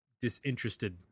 disinterested